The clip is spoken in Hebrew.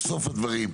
בסוף הדברים.